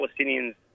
Palestinians